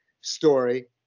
story